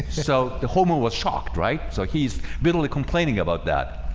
so the homo was shocked, right? so he's bitterly complaining about that